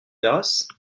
terrasse